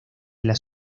las